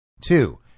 Two